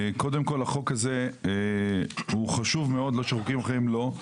החוק הזה חשוב מאוד, לא שחוקים אחרים לא.